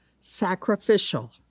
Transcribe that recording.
sacrificial